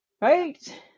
Right